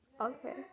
Okay